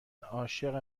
عاشق